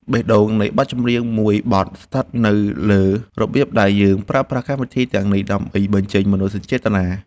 បេះដូងនៃបទចម្រៀងមួយបទស្ថិតនៅលើរបៀបដែលយើងប្រើប្រាស់កម្មវិធីទាំងនេះដើម្បីបញ្ចេញមនោសញ្ចេតនា។